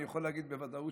אני יכול להגיד בוודאות